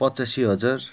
पचासी हजार